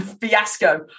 fiasco